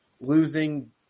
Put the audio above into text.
losing